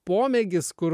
pomėgis kur